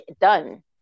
done